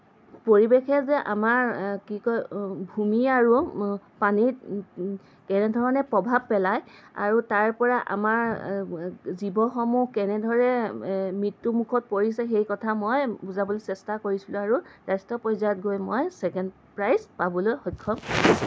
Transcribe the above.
পৰিৱেশে যে আমাৰ কি কয় ভূমি আৰু পানীত কেনেধৰণে প্ৰভাৱ পেলায় আৰু তাৰ পৰা আমাৰ জীৱসমূহ কেনেদৰে মৃত্যু মুখত পৰিছে সেই কথা মই বুজাবলৈ চেষ্টা কৰিছিলোঁ আৰু ৰাষ্ট্ৰীয় পৰ্যায়ত গৈ মই ছেকেণ্ড প্ৰাইজ পাবলৈ সক্ষম